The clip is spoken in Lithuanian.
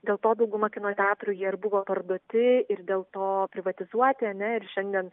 dėl to dauguma kino teatrų jie ir buvo parduoti ir dėl to privatizuoti ar ne ir šiandien